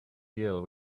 deal